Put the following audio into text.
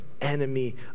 enemy